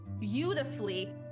beautifully